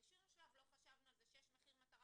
בשום שלב לא חשבנו על זה שיש מחיר מטרה